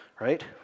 right